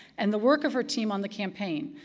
and the work of her team on the campaign,